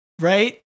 right